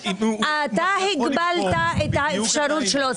אתה הגבלת את האפשרות שלו.